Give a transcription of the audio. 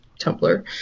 Tumblr